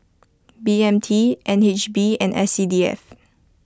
B M T N H B and S C D F